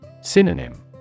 Synonym